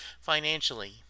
financially